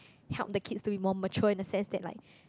help the kids to be more mature in a sense that like